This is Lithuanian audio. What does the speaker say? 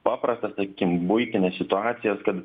paprastas sakykim buitines situacijas kad